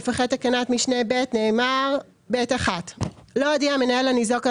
אחרי תקנת משנה (ב) נאמר: "(ב1)לא הודיע המנהל לניזוק על